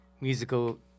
musical